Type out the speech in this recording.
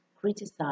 criticize